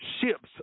ships